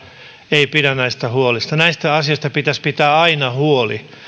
ei pidä näistä huolta näistä asioista pitäisi pitää aina huoli